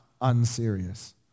unserious